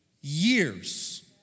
years